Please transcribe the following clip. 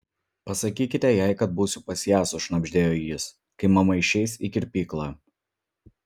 pasakykite jai kad būsiu pas ją sušnabždėjo jis kai mama išeis į kirpyklą